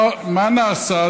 מה נעשה?